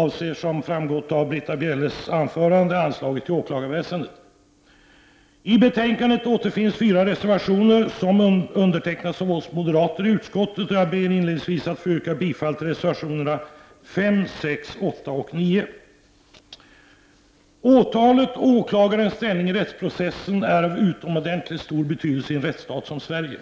avser, som framgått av Britta Bjelles anförande, anslaget till åklagarväsendet. I betänkandet återfinns fyra reservationer som undertecknats av oss moderater i utskottet, och jag ber inledningsvis att få yrka bifall till reservationerna 5, 6, 8 och 9. Åtalet och åklagarens ställning i rättsprocessen är av utomordentlig stor betydelse i en rättsstat som Sverige.